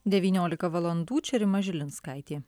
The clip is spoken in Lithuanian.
devyniolika valandų čia rima žilinskaitė